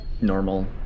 normal